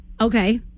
Okay